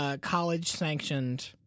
college-sanctioned